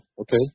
okay